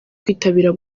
kwitabira